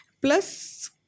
Plus